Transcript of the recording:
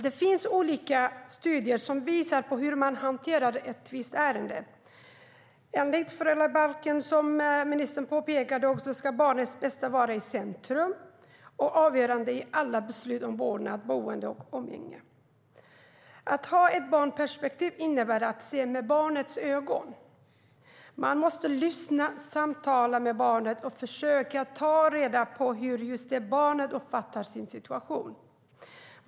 Det finns dock olika studier som visar hur man hanterar ett visst ärende. Enligt föräldrabalken ska, som ministern också påpekade, barnets bästa vara i centrum och avgörande i alla beslut om vårdnad, boende och umgänge. Att ha ett barnperspektiv innebär att se med barnets ögon. Man måste lyssna på och samtala med barnet och försöka ta reda på hur just det barnet uppfattar sin situation.